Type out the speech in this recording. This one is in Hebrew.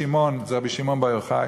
"רבי שמעון", זה רבי שמעון בר יוחאי,